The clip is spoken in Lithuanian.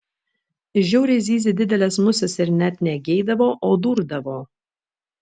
žiauriai zyzė didelės musės ir net ne geidavo o durdavo